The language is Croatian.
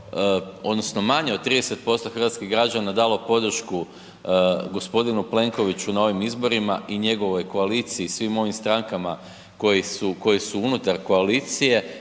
odnosno manje od 30% hrvatskih građana dalo podršku g. Plenkoviću na ovim izborima i njegovoj koaliciji i svim ovim strankama koje su unutar koalicije